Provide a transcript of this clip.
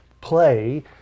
play